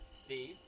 Steve